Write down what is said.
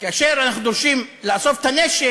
כאשר אנחנו דורשים לאסוף את הנשק,